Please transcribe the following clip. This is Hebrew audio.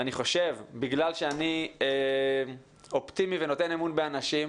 אני חושב בגלל שאני אופטימי ונותן אמון באנשים,